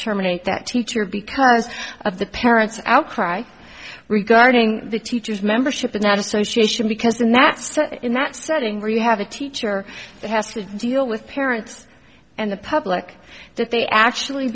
terminate that teacher because of the parents outcry regarding the teacher's membership now dissociation because that's in that setting where you have a teacher that has to deal with parents and the public that they actually